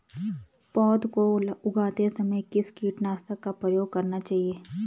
पौध को उगाते समय किस कीटनाशक का प्रयोग करना चाहिये?